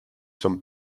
sommes